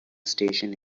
station